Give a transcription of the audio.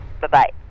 Bye-bye